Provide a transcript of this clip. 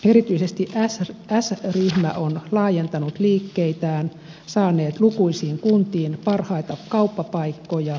erityisesti s ryhmä on laajentanut liikkeitään saanut lukuisiin kuntiin parhaita kauppapaikkoja